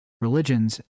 religions